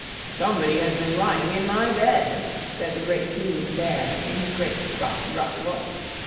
somebody has been lying in my bed! said the great, huge bear, in his great, rough, gruff voice.